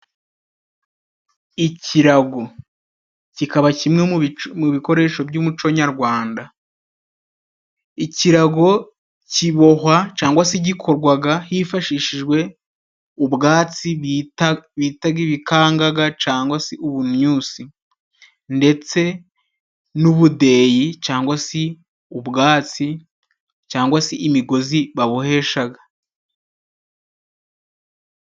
Ikirago, kikaba kimwe mu bikoresho by'umuco nyarwanda. Ikirago kibohwa cyangwa se gikorwa hifashishijwe ubwatsi bita ibikangaga, cyangwa se ubunnyusi, ndetse n'ubudeyi cyangwa se ubwatsi cyangwa se imigozi babohesha.